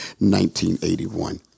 1981